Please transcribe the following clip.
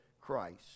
Christ